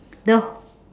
the